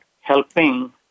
helping